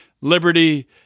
liberty